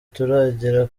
turagira